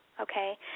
Okay